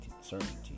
certainty